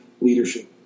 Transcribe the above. Leadership